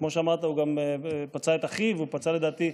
כמו שאמרת, הוא גם פצע את אחיו, הוא פצע, לדעתי,